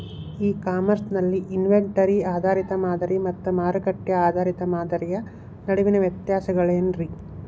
E commerce ನಲ್ಲಿ inventory ಆಧಾರಿತ ಮಾದರಿ ಮತ್ತ ಮಾರುಕಟ್ಟೆ ಆಧಾರಿತ ಮಾದರಿಯ ನಡುವಿನ ವ್ಯತ್ಯಾಸಗಳೇನ ರೇ?